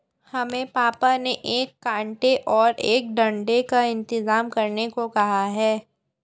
हमें पापा ने एक कांटे और एक डंडे का इंतजाम करने को कहा है